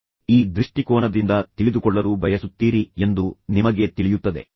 ಆದ್ದರಿಂದ ನೀವು ಈ ದೃಷ್ಟಿಕೋನದಿಂದ ನೋಡಿದರೆ ನೀವು ಅದನ್ನು ತಿಳಿದುಕೊಳ್ಳಲು ಬಯಸುತ್ತೀರಿ ಎಂದು ನಿಮಗೆ ತಿಳಿಯುತ್ತದೆ